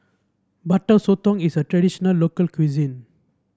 Butter Sotong is a traditional local cuisine